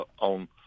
on